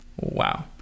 wow